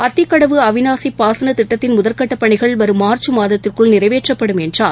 அத்திக்கடவு அவிநாசிபாசனதிட்டத்தின் முதல் கட்டபணிகள் வரும் மார்ச் மாதத்திற்குள் நிறைவேற்றப்படும் என்றார்